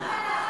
אל תדאג,